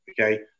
okay